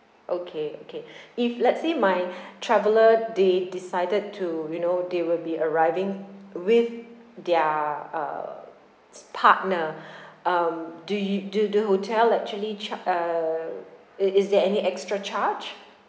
okay okay if let's say my traveller they decided to you know they will be arriving with their uh s~ partner um do you do the hotel actually char~ uh it is there any extra charge